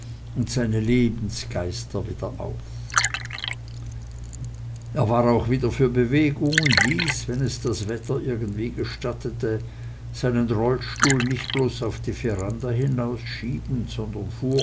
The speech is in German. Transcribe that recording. und seine lebensgeister wieder auf er war auch wieder für bewegung und ließ wenn es das wetter irgendwie gestattete seinen rollstuhl nicht bloß auf die veranda hinausschieben sondern fuhr